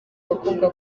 abakobwa